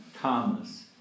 Thomas